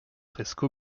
presque